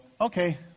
Okay